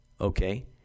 okay